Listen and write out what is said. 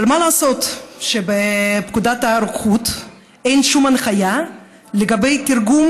אבל מה לעשות שבפקודת הרוקחות אין שום הנחיה לגבי התרגום